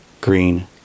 green